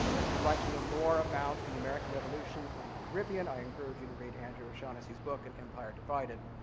if you'd like to know more about the american revolution in the caribbean, i encourage you to read andrew o'shaughnessy's book an empire divided.